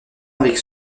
avec